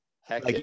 Heck